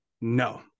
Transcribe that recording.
No